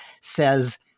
says